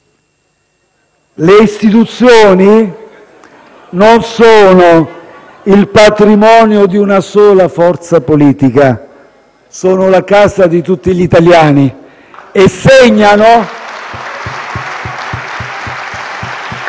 Le istituzioni non sono il patrimonio di una sola forza politica. Sono la casa di tutti gli italiani e segnano